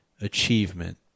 achievement